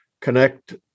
connect